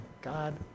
God